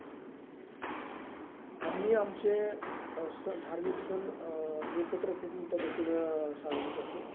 आम्ही आमचे स धार्मिक सण एकत्र कुटुंब पद्धतीनं साजरे करतो